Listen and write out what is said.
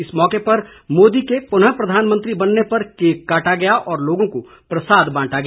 इस मौके पर मोदी के पुनः प्रधानमंत्री बनने पर केक काटा गया और लोगों को प्रसाद बांटा गया